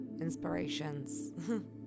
Inspirations